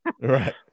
Right